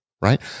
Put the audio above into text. Right